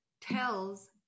tells